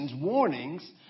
warnings